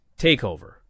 takeover